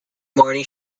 morning